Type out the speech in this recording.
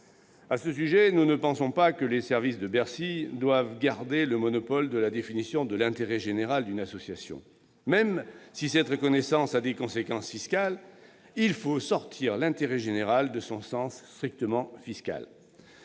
À ce sujet, nous ne pensons pas que les services de Bercy doivent garder le monopole de la définition du caractère d'intérêt général d'une association, même si cette reconnaissance a des conséquences fiscales. Il faut sortir la notion d'intérêt général de son sens strictement fiscal.